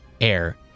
air